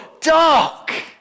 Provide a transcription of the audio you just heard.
dark